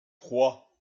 trois